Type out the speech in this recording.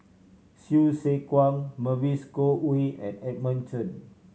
Hsu Tse Kwang Mavis Khoo Oei and Edmund Chen